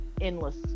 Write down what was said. endless